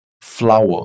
flower